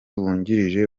wungirije